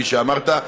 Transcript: כפי שאמרת,